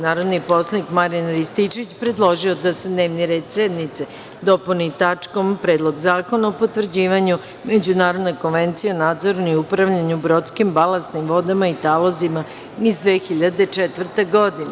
Narodni poslanik Marijan Rističević, predložio je da se dnevni red sednice dopuni tačkom – Predlog zakona o potvrđivanju međunarodne konvencije o nadzoru i upravljanju brodskim balasnim vodama i talozima iz 2004. godine.